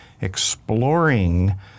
exploring